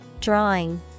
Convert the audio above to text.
Drawing